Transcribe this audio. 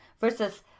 versus